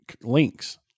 links